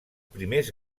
primers